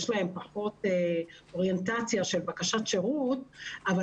יש להן פחות אוריינטציה של בקשת שירות אבל